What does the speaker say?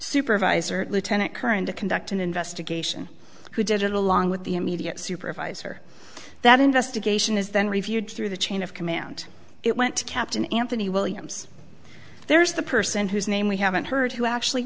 supervisor lieutenant curran to conduct an investigation who did it along with the immediate supervisor that investigation is then reviewed through the chain of command it went to captain anthony williams there's the person whose name we haven't heard who actually